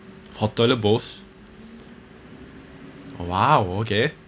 whole toilet bowls !wow! okay